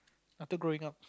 after growing up